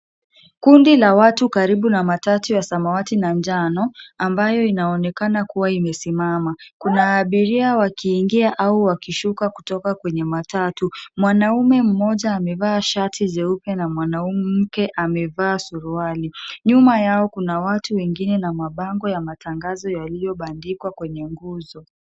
Kundi la la watu karibu na matatu ya samawati na njano amabayo inaonekana kuwa imesimama. Kuna abiria wakiingia au wakishuka kutoka kwenye matatu. Mwanaume mmoja amevaaa shati jeupe na mwanamke amevaa suruali. Nyuma yao kuna watu wengine na mabango ya matangazo yaliyobandikwa kwenye nguzo.